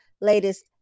latest